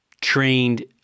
trained